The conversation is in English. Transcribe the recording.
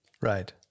Right